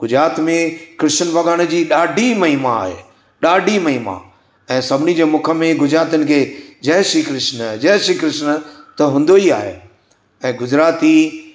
गुजरात में कृषिनि भॻवान जी ॾाढी महिमा आहे ॾाढी महिमा ऐं सभिनी जे मुख में गुजरातियुनि खे जय श्री कृष्न जय श्री कृष्न त हूंदो ई आहे ऐं गुजराती